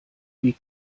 wie